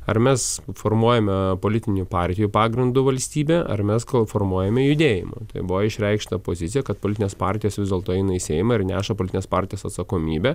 ar mes formuojame politinių partijų pagrindu valstybę ar mes ko formuojame judėjimą tai buvo išreikšta pozicija kad politinės partijos vis dėlto eina į seimą ir neša politinės partijos atsakomybę